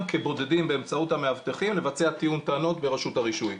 כבודדים באמצעות המאבטחים לבצע תיאום טענות ברשות הרישוי,